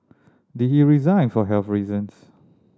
did he resign for health reasons